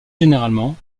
généralement